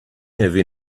have